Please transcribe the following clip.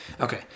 Okay